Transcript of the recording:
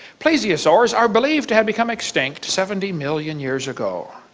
plesiosaurs are believed to have become extinct seventy million years ago.